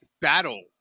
battle